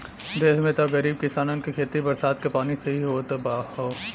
देस में त गरीब किसानन के खेती बरसात के पानी से ही होत हौ